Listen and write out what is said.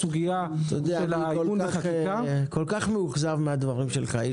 הסוגיה של העיגון בחקיקה -- אני כל כך מאוכזב מהדברים שלך,